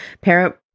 parent